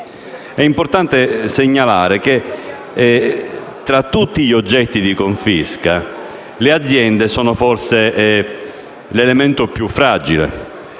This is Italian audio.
è importante segnalare che, fra tutti gli oggetti di confisca, le aziende sono forse l'elemento più fragile,